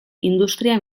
industria